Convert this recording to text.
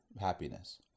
happiness